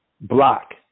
block